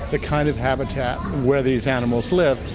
the kind of habitat where these animals live.